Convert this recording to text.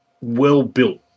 well-built